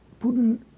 Putin